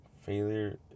Failure